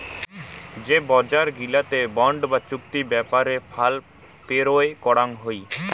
যে বজার গিলাতে বন্ড বা চুক্তি ব্যাপারে ফাল পেরোয় করাং হই